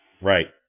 Right